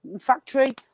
factory